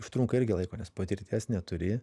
užtrunka irgi laiko nes patirties neturi